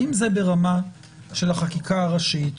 האם זה ברמה של החקיקה הראשית,